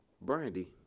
Brandy